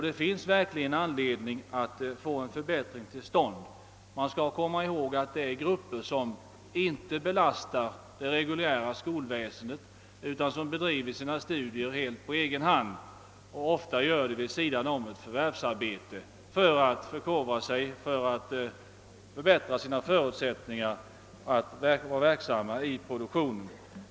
Det finns verkligen anledning att försöka få en förbättring till stånd. Vi skall komma ihåg att dessa grupper inte belastar det reguljära skolväsendet utan bedriver sina studier på egen hand, ofta vid sidan av sitt förvärvsarbete, för att förkovra sig och förbättra sina förutsättningar att vara verksamma inom produktionen.